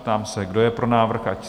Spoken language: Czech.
Ptám se, kdo je pro návrh?